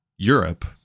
Europe